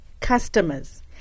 customers